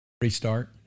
Restart